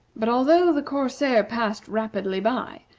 but, although the corsair passed rapidly by,